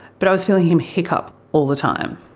but i was feeling him hiccup all the time.